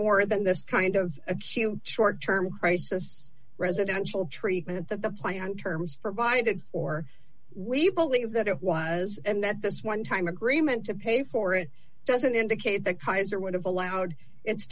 more than this kind of short term crisis residential treatment that the plan terms provided or we believe that it was and that this one time agreement to pay for it doesn't indicate that kaiser would have allowed it